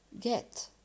get